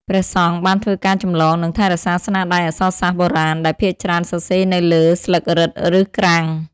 ព្រះសង្ឃបានធ្វើការចម្លង និងថែរក្សាស្នាដៃអក្សរសាស្ត្របុរាណ ដែលភាគច្រើនសរសេរនៅលើស្លឹករឹត ឬក្រាំង។